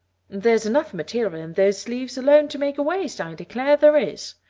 there's enough material in those sleeves alone to make a waist, i declare there is.